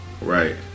Right